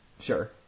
sure